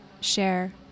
share